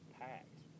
packed